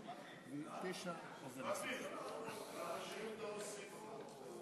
לוועדת החוקה, חוק ומשפט נתקבלה.